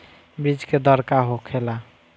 बीज के दर का होखेला?